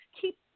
keep